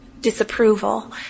disapproval